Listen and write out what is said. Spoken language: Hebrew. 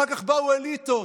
אחר כך באו אליטות,